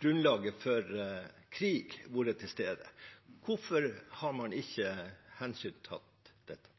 grunnlaget for krig vært til stede. Hvorfor har man ikke hensyntatt dette?